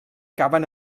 caben